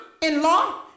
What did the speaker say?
in-law